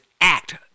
act